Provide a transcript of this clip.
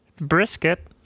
brisket